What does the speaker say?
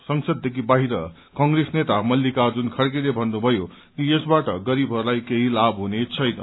संसददेखि बाहिर कंप्रेस नेता मल्लिकार्जुन खड़गेले भन्नुभयो कि यसबाट गरीबहरूलाई केही लाभ हुनेछैन